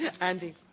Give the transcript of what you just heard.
Andy